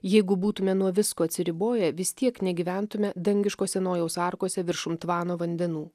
jeigu būtume nuo visko atsiriboję vis tiek negyventume dangiško sienojaus arkose viršum tvano vandenų